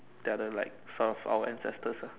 they are the like sort of like our ancestors